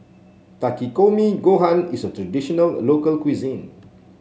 Takikomi Gohan is a traditional local cuisine